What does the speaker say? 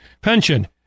pension